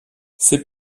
ses